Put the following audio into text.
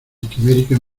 quiméricas